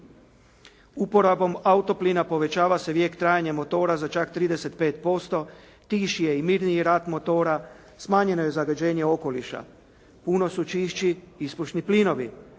Uporabom auto plina povećava se vijek trajanja motora za čak 35%, tiši je i mirniji rad motora, smanjeno je zagađenje okoliša. Puno su čišći ispušni plinovi